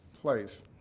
place